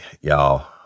Y'all